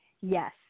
Yes